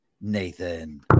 Nathan